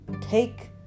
take